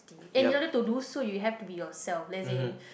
and in order to do so you have to be yourself as in